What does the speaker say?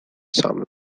samym